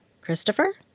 Christopher